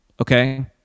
Okay